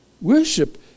Worship